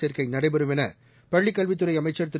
சேர்க்கை நடைபெறும் என பள்ளிக் கல்வித் துறை அமைச்சர் திரு